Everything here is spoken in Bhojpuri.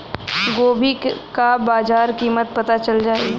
गोभी का बाजार कीमत पता चल जाई?